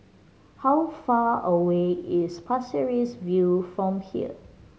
how far away is Pasir Ris View from here